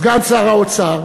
סגן שר האוצר,